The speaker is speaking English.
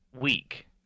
week